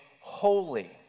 holy